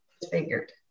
disfigured